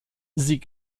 sie